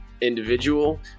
individual